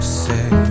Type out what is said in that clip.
say